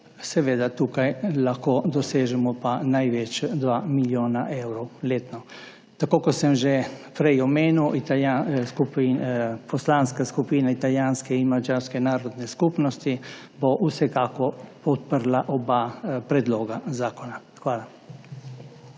Seveda tukaj lahko dosežemo pa največ 2 milijona evrov letno. Tako kot sem že prej omenil, Poslanska skupina italijanske in madžarske narodne skupnosti bo vsekakor podprla oba predloga zakona. Hvala.